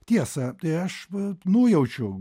tiesa tai aš nujaučiu